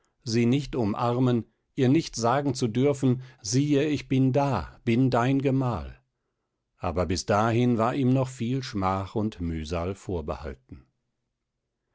sie nicht umarmen ihr nicht sagen zu dürfen siehe ich bin da bin dein gemahl aber bis dahin war ihm noch viel schmach und mühsal vorbehalten